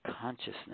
consciousness